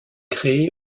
créé